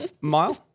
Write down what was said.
mile